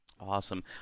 awesome